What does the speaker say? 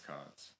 Cards